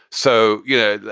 so you know,